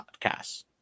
podcasts